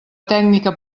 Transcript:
tècnica